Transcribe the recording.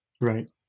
right